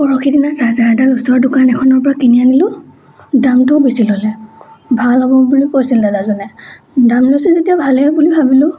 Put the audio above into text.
পৰহি দিনা চাৰ্জাৰডাল ওচৰৰ দোকান এখনৰপৰা কিনি আনিলোঁ দামটো বেছি ল'লে ভাল হ'ব বুলি কৈছিলে দাদাজনে দাম লৈছিল যেতিয়া ভালেই বুলি ভাবিলোঁ